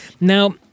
Now